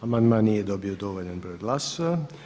Amandman nije dobio dovoljan broj glasova.